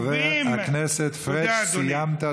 חבר הכנסת פריג', סיימת?